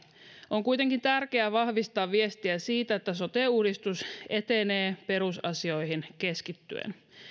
on kuitenkin tärkeää vahvistaa viestiä siitä että sote uudistus etenee perusasioihin keskittyen